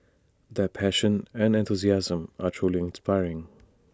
their passion and enthusiasm are truly inspiring